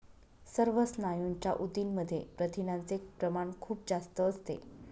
सर्व स्नायूंच्या ऊतींमध्ये प्रथिनांचे प्रमाण खूप जास्त असते